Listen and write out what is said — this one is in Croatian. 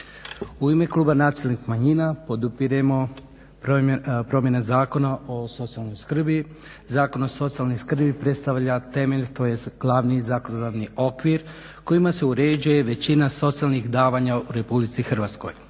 U ime Kluba nacionalnih manjina podupiremo promjene Zakona o socijalnoj skrbi. Zakon o socijalnoj skrbi predstavlja temelj tj. glavni zakonodavni okvir kojima se uređuje većina socijalnih davanja u RH.